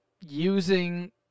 using